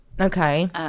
Okay